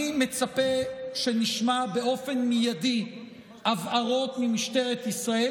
אני מצפה שנשמע באופן מיידי הבהרות ממשטרת ישראל,